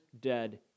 dead